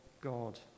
God